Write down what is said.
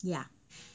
yeah